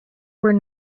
were